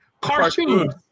cartoons